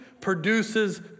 produces